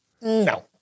no